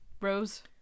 rose